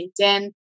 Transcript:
LinkedIn